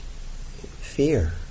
fear